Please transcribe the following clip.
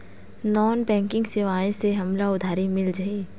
Non banking सेवाएं से हमला उधारी मिल जाहि?